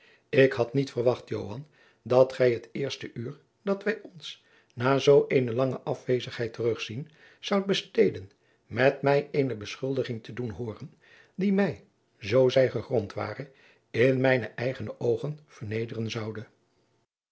ik had niet verwacht joan dat gij het eerste uur dat wij ons na zoo eene lange afwezigheid terug zien zoudt besteden met mij eene beschuldiging te doen hooren die mij zoo zij gegrond ware in mijne eigene oogen vernederen zoude